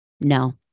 no